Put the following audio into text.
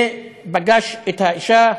ופגש את האישה,